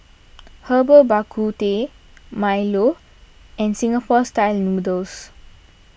Herbal Bak Ku Teh Milo and Singapore Style Noodles